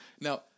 Now